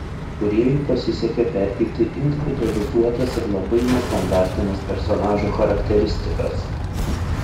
kūrėjui pasisekė perteikti individualizuotas ir labai nestandartines personažų charakteristikas